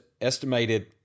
estimated